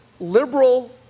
Liberal